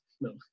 No